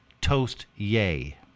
toast-yay